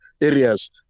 areas